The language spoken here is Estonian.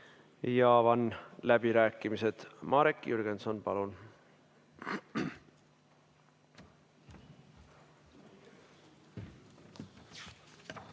Avan läbirääkimised. Marek Jürgenson, palun!